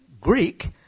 Greek